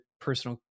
personal